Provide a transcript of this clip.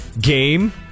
game